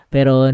Pero